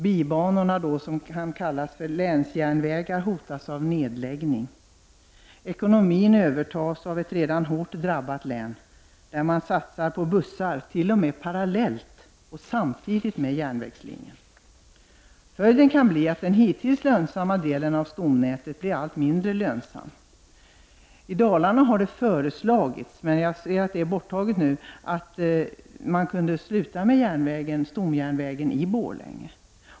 Bibanorna, som kan kallas för länsjärnvägar, hotas av nedläggning, Ekonomin övertas av ett redan hårt drabbat län, där man satsar på bussar t.o.m. parallellt och samtidigt med järnvägslinjen. Följden kan bli att den hittills lönsamma delen av stomnätet blir allt mindre lönsam. För Dalarnas del har det föreslagits, men jag ser att det är borttaget nu, att stomjärnvägen skulle sluta i Borlänge.